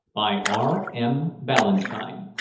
by r m. ballantyne.